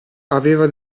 aveva